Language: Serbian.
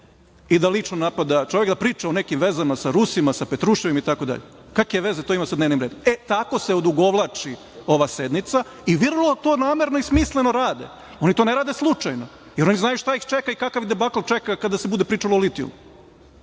i da lično napada čoveka, da priča o nekim vezama sa Rusima, sa Petruševim, itd. Kakve veze to ima sa dnevnim redom. Tako se odugovlači ova sednica. Vrlo to namerno i smisleno rade. Oni to ne rade slučajno, jer oni znaju šta ih čeka i kakav debakl čeka kada se bude pričalo o litijumu.